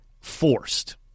Forced